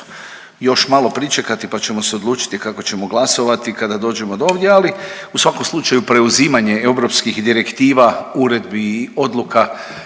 još malo pričekati pa ćemo se odlučiti kako ćemo glasovati kada dođemo do ovdje, ali u svakom slučaju preuzimanje europskih direktiva, uredbi i odluka